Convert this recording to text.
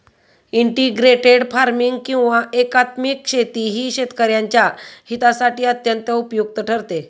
integrated farming किंवा एकात्मिक शेती ही शेतकऱ्यांच्या हितासाठी अत्यंत उपयुक्त ठरते